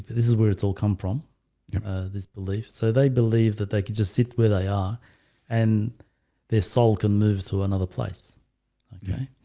this is where it's all come from this belief so they believed that they could just sit where they are and their soul can move to another place okay,